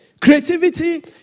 Creativity